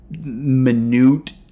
minute